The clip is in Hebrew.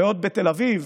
בעוד שבתל אביב